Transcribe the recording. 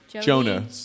Jonah